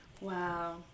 Wow